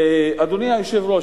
אדוני היושב-ראש,